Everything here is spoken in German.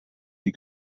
die